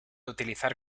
utilizar